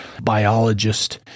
biologist